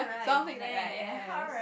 something like like ya ya ya